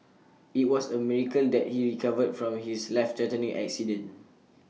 IT was A miracle that he recovered from his life threatening accident